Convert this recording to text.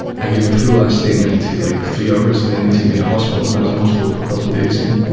i gave a full-ass statement, it took like three hours, and then they took me to hospital, and i was in hospital for a couple of days. and